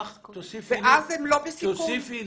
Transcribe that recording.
ואז הם לא בסיכון.